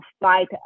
fight